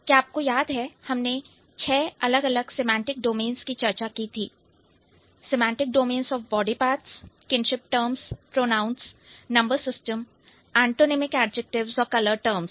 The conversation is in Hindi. क्या आपको याद है कि हमने छह अलग अलग सिमांटिक डोमेंस की चर्चा की थी semantic domains of body parts kinship terms pronouns number system antonymic adjectives और कलर टर्म्स